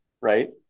Right